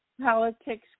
politics